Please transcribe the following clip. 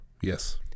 Yes